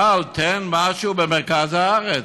אבל תן משהו במרכז הארץ.